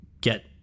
get